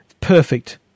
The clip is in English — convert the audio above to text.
Perfect